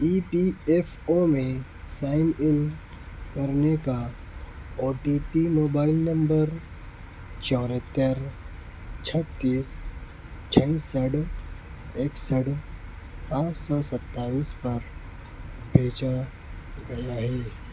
ای P F O میں sign in کرنے کا O T P mobile number چوہتر چھتیس سڑستھ اکسٹھ پانچ سو ستائیس پر بھیجا گیا ہے